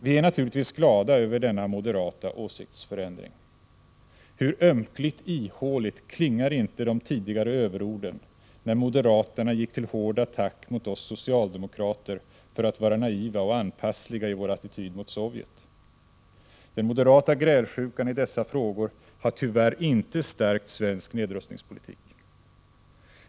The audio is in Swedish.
Vi är naturligtvis glada över denna moderata åsiktsförändring. Hur ömkligt ihåligt klingar inte de tidigare överorden, när moderaterna gick till hård attack mot oss socialdemokrater för att vara naiva och anpassliga i vår attityd mot Sovjet. Den moderata grälsjukan i dessa frågor har tyvärr inte stärkt svensk nedrustningspolitik.